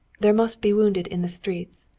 there must be wounded in the streets.